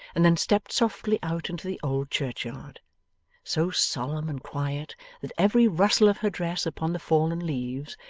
and then stepped softly out into the old churchyard so solemn and quiet that every rustle of her dress upon the fallen leaves,